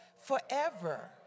Forever